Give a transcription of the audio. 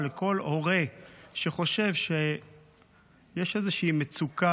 או לכל הורה שחושב שיש איזושהי מצוקה